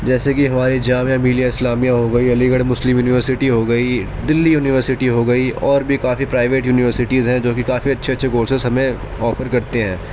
جیسے کہ ہماری جامعہ ملیہ اسلامیہ ہو گئی علی گڑھ مسلم یونیورسٹی ہو گئی دہلی یونیورسٹی ہو گئی اور بھی کافی پرائیویٹ یونیورسٹیز ہیں جوکہ کافی اچھے اچھے کورسز ہمیں آفر کرتے ہیں